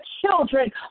children